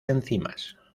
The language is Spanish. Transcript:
enzimas